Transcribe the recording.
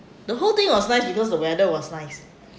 the whole thing was nice because the weather was nice